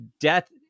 death